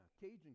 Cajun